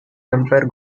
empire